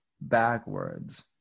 backwards